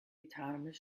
autonomous